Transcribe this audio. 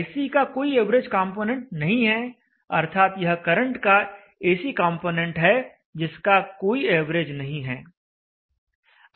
iC का कोई average component नहीं है अर्थात यह करंट का एसी कंपोनेंट है जिसका कोई एवरेज नहीं है